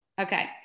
Okay